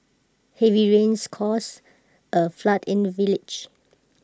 heavy rains caused A flood in the village